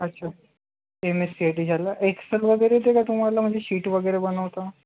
अच्छा M S C I T झालं Excel वगैरे येतं का तुम्हाला म्हणजे शीट वगैरे बनवता